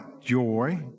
Joy